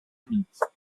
imitent